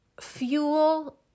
fuel